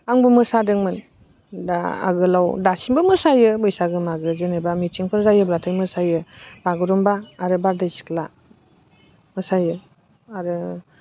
आंबो मोसादोंमोन दा आगोलाव दासिमबो मोसायो बैसागो मागो जेनेबा मिथिंफोर जायोब्लाथाय मोसायो बागुरुम्बा आरो बारदै सिख्ला मोसायो आरो